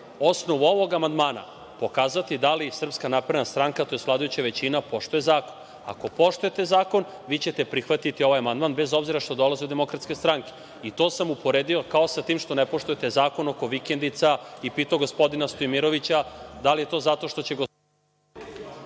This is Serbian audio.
osnovu ovog amandmana pokazati da li SNS, tj. vladajuća većina poštuje zakon. Ako poštujete zakon, vi ćete prihvatiti ovaj amandman, bez obzira što dolazi od Demokratske stranke. To sam uporedio kao sa tim što ne poštujete zakon oko vikendica i pitao gospodina Stojimirovića da li je to zato što će gospodin…